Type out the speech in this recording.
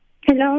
Hello